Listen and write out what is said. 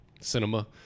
cinema